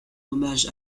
hommage